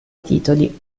titoli